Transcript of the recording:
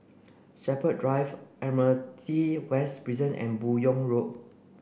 Shepherds Drive Admiralty West Prison and Buyong Road